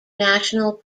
national